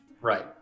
Right